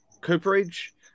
Cooperage